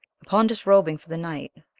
upon disrobing for the night,